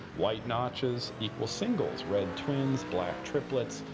white notches equal singles, red, twins, black, triplets.